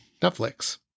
Netflix